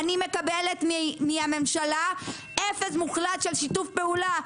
אני מקבלת מהממשלה אפס מוחלט של שיתוף פעולה.